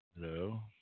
Hello